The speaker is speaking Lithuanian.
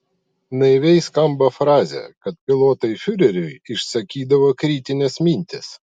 naiviai skamba frazė kad pilotai fiureriui išsakydavo kritines mintis